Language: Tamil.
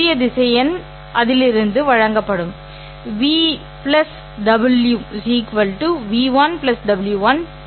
புதிய திசையன் வழங்கப்படும் ́V ́w v1 w1 v2 w2